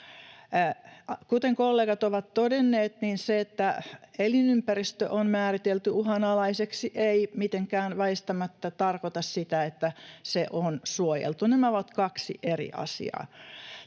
Kuten kollegat ovat todenneet, se, että elinympäristö on määritelty uhanalaiseksi, ei mitenkään väistämättä tarkoita sitä, että se on suojeltu. Nämä ovat kaksi eri asiaa.